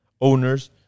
owners